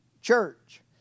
church